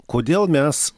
kodėl mes